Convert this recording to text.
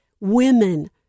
women